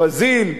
ברזיל,